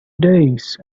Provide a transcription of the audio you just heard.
days